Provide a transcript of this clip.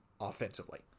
offensively